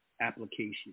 application